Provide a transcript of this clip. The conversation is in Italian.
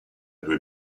due